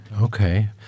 Okay